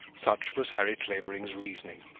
such was harry clavering's reasoning,